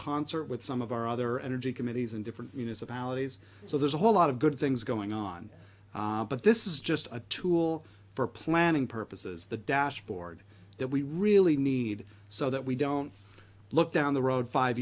concert with some of our other energy committees in different municipalities so there's a whole lot of good things going on but this is just a tool for planning purposes the dashboard that we really need so that we don't look down the road five